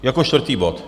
Jako čtvrtý bod.